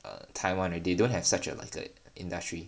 err Taiwan err they don't have such a like a industry